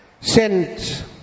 sent